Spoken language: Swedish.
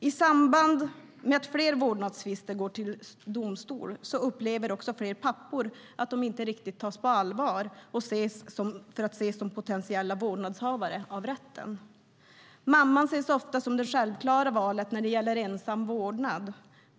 I samband med att fler vårdnadstvister går till domstol upplever också fler pappor att de inte riktigt tas på allvar för att ses som potentiella vårdnadshavare av rätten. Mamman ses ofta som det självklara valet när det gäller ensam vårdnad.